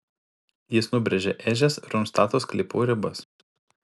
jis nubrėžia ežias ir nustato sklypų ribas